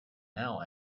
now